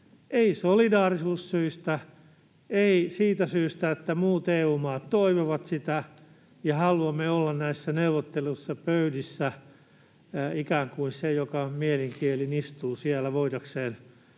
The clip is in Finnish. ei solidaarisuussyistä, ei siitä syystä, että muut EU-maat toivovat sitä ja haluamme olla näissä neuvotteluissa, pöydissä, ikään kuin se, joka mielin kielin istuu siellä voidakseen